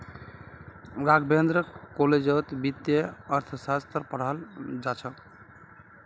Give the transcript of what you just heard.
राघवेंद्र कॉलेजत वित्तीय अर्थशास्त्र पढ़ाल जा छ